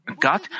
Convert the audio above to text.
God